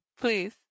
please